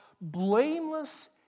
blameless